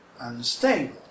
unstable